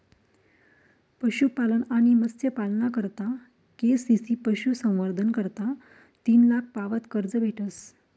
पशुपालन आणि मत्स्यपालना करता के.सी.सी पशुसंवर्धन करता तीन लाख पावत कर्ज भेटस